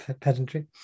Pedantry